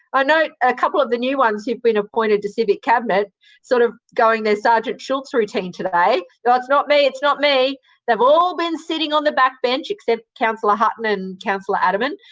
i note a couple of the new ones who've been appointed to civic cabinet sort of going their sergeant schultz routine today no, it's not me, it's not me they've all been sitting on the back bench except councillor hutton and councillor adermann.